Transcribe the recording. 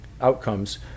outcomes